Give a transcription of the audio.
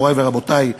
מורי ורבותי,